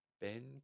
Ben